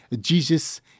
Jesus